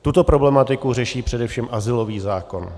Tuto problematiku řeší především azylový zákon.